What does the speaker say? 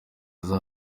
aza